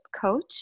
coach